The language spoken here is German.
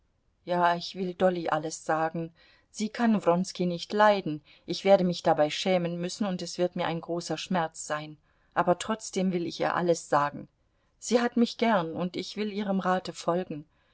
ja ich will dolly alles sagen sie kann wronski nicht leiden ich werde mich dabei schämen müssen und es wird mir ein großer schmerz sein aber trotzdem will ich ihr alles sagen sie hat mich gern und ich will ihrem rate folgen